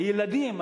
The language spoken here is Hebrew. הילדים,